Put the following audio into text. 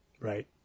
Right